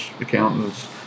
accountants